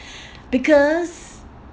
because